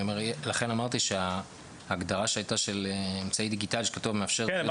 לכן אמרתי שההגדרה של אמצעי דיגיטלי שכתוב: "מאפשר תיעוד